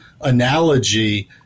analogy